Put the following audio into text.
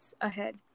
ahead